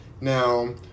now